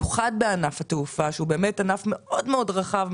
במיוחד מענף התעופה שהוא ענף מאוד מאוד רחב,